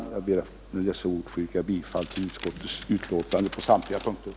Jag ber att med dessa ord få yrka bifall till utskottets hemställan på samtliga punkter.